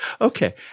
Okay